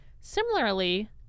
Similarly